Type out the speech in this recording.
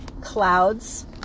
clouds